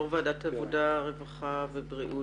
יו"ר ועדת העבודה הרווחה והבRIAות.